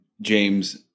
James